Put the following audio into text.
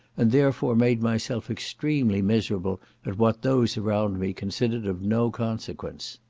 and therefore made my self extremely miserable at what those around me considered of no consequence.